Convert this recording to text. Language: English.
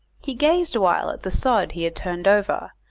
he gazed awhile at the sod he had turned over,